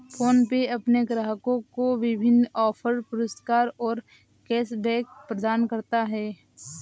PhonePe अपने ग्राहकों को विभिन्न ऑफ़र, पुरस्कार और कैश बैक प्रदान करता है